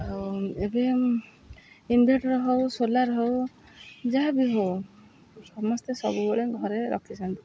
ଆଉ ଏବେ ଇନଭଟର୍ ହେଉ ସୋଲାର୍ ହେଉ ଯାହା ବିି ହେଉ ସମସ୍ତେ ସବୁବେଳେ ଘରେ ରଖିଛନ୍ତି